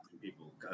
people